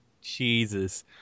Jesus